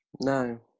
No